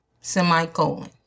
Semicolon